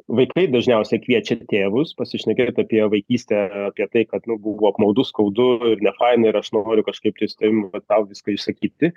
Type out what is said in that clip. vaikai dažniausiai kviečia tėvus pasišnekėt apie vaikystę apie tai kad nu buvo apmaudu skaudu ir nefaina ir aš noriu kažkaip tai su tavim va tau viską išsakyti